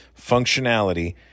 functionality